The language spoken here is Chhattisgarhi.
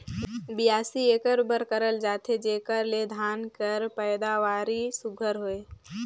बियासी एकर बर करल जाथे जेकर ले धान कर पएदावारी सुग्घर होए